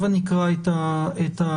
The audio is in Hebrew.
הבה נקרא את התקנות